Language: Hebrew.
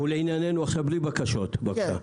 ולענייננו, עכשיו בלי בקשות, בבקשה.